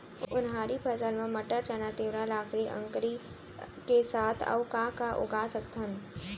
उनहारी फसल मा मटर, चना, तिंवरा, लाखड़ी, अंकरी के साथ अऊ का का उगा सकथन?